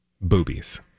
Boobies